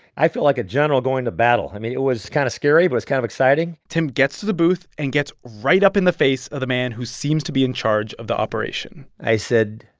i feel like a general going to battle. i mean, it was kind of scary, but kind of exciting tim gets to the booth and gets right up in the face of the man who seems to be in charge of the operation i said,